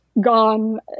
Gone